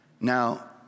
now